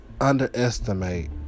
underestimate